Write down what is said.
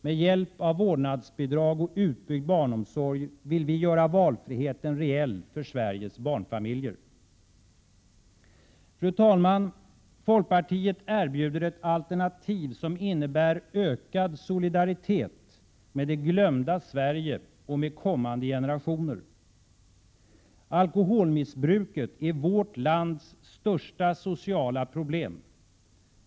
Med hjälp av vårdnadsbidrag och utbyggd barnomsorg vill vi göra valfriheten reell för Sveriges barnfamiljer. Fru talman! Folkpartiet erbjuder ett alternativ som innebär ökad solidaritet med det glömda Sverige och med kommande generationer. Alkoholmissbruket är vårt lands största sociala problem.